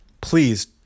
please